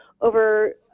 over